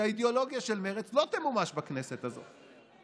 שהאידיאולוגיה של מרצ לא תמומש בכנסת הזאת.